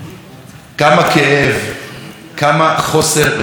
כמה כאב, כמה חוסר רגישות.